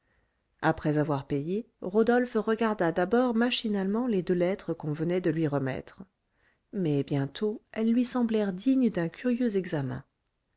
après avoir payé rodolphe regarda d'abord machinalement les deux lettres qu'on venait de lui remettre mais bientôt elles lui semblèrent dignes d'un curieux examen